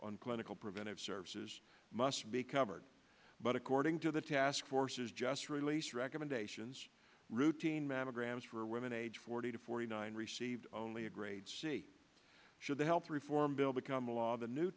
on clinical preventive services must be covered but according to the task force has just released recommendations routine mammograms for women aged forty to forty nine received only a grade c should the health reform bill become a law the new